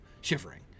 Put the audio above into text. shivering